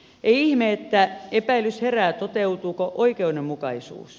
ei ihme että epäilys herää toteutuuko oikeudenmukaisuus